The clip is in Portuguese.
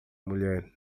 mulher